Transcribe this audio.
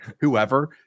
whoever